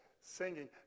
singing